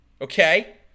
okay